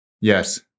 Yes